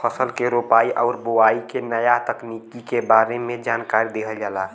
फसल के रोपाई आउर बोआई के नया तकनीकी के बारे में जानकारी दिहल जाला